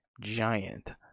giant